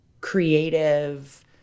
creative